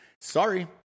sorry